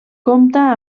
compta